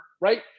right